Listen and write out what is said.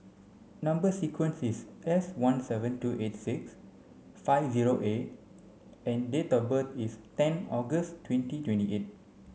number sequence is S one seven two eight six five zero A and date of birth is ten August twenty twenty eight